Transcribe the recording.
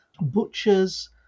butchers